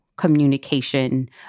Communication